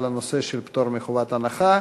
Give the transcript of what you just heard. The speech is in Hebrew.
על הנושא של פטור מחובת הנחה.